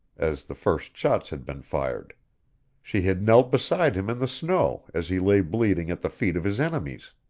as the first shots had been fired she had knelt beside him in the snow as he lay bleeding at the feet of his enemies.